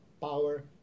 power